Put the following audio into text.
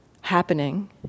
happening